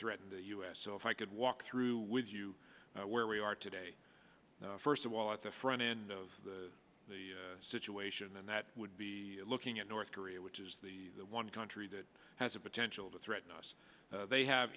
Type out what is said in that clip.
threaten the u s so if i could walk through with you where we are today first of all at the front end of the situation and that would be looking at north korea which is the the one country that has the potential to threaten us they have